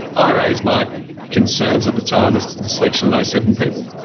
i raised my concerns at the time as to the selection of those seven people.